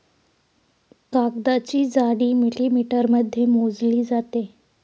कागदाची जाडी मिलिमीटरमध्ये मोजली जाते